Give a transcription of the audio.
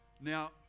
Now